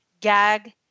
gag